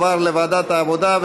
לוועדת העבודה,